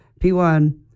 P1